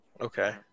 Okay